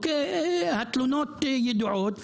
התלונות ידועות,